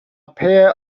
pair